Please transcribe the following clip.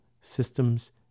systems